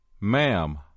ma'am